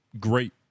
great